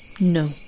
No